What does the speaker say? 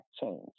change